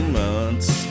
months